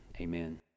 amen